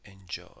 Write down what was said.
enjoy